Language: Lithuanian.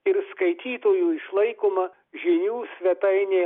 ir skaitytojų išlaikoma žinių svetainė